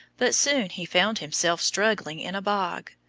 but soon he found himself struggling in a bog.